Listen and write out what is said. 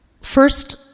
First